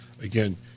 Again